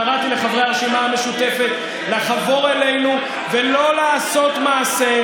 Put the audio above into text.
קראתי לחברי הרשימה המשותפת לחבור אלינו ולא לעשות מעשה,